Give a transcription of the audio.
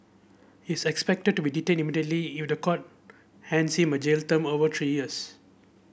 he's expected to be detained immediately if the court hands him a jail term over three years